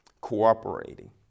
Cooperating